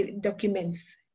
documents